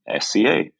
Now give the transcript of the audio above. SCA